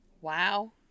Wow